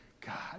God